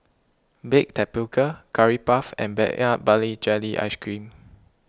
Baked Tapioca Curry Puff and Peanut Butter Jelly iIce Cream